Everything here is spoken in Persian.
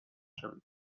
شوید